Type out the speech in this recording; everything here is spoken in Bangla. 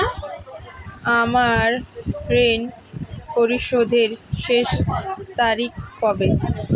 আমার ঋণ পরিশোধের শেষ তারিখ কবে?